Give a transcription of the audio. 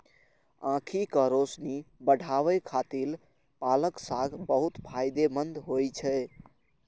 आंखिक रोशनी बढ़ाबै खातिर पालक साग बहुत फायदेमंद होइ छै